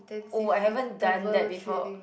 oh I haven't done that before